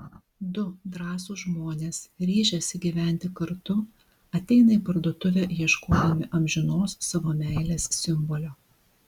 du drąsūs žmonės ryžęsi gyventi kartu ateina į parduotuvę ieškodami amžinos savo meilės simbolio